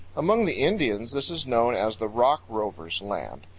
among the indians this is known as the rock rovers' land,